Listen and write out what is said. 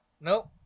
Nope